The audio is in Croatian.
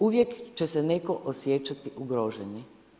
Uvijek će se neko osjećati ugroženi.